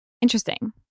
Interesting